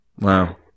Wow